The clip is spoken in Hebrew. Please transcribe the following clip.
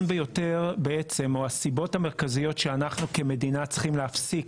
או הסיבות המרכזיות שאנחנו כמדינה צריכים להפסיק,